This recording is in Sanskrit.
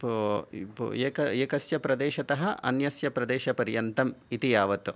एक एकस्य प्रदेशतः अन्यस्य प्रदेशपर्यन्तं इति यावत्